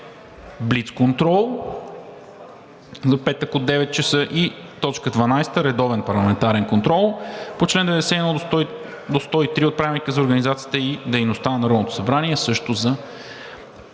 Блицконтрол за петък от 9,00 ч. 12. Редовен парламентарен контрол по чл. 91 – 103 от Правилника за организацията и дейността на Народното събрание, също за петък.“